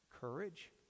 courage